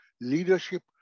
leadership